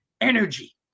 energy